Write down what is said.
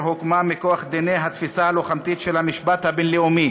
הוקמה מכוח דיני התפיסה הלוחמתית של המשפט הבין-לאומי